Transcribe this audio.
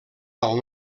del